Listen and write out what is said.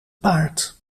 paard